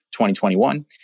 2021